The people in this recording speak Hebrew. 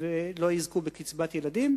לא יזכו בקצבת ילדים,